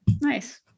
nice